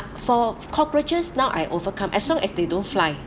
for cockroaches now I overcome as long as they don't fly